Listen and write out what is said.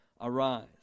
arise